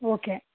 okay